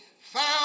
found